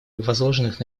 возложенных